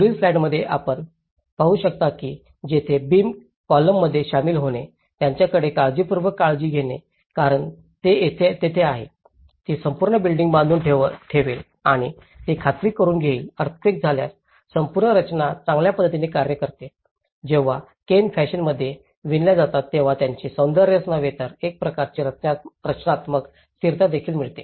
पुढील स्लाइडमध्ये आपण पाहू शकता की येथे बीम आणि कॉलममध्ये सामील होणे त्यांच्याकडे काळजीपूर्वक काळजी घेणे कारण ते तेथे आहे ती संपूर्ण बिल्डिंग बांधून ठेवेल आणि ती खात्री करुन घेईल अर्थक्वेक झाल्यास संपूर्ण रचना चांगल्या पद्धतीने कार्य करते जेव्हा केन फॅशनमध्ये विणल्या जातात तेव्हा त्यातील सौंदर्यच नव्हे तर एक प्रकारची संरचनात्मक स्थिरता देखील मिळते